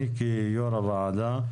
אני כיו"ר הוועדה,